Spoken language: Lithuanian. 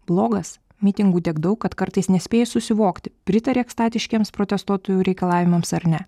blogas mitingų tiek daug kad kartais nespėji susivokti pritari ekstatiškiems protestuotojų reikalavimams ar ne